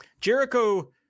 jericho